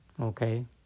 Okay